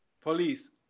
police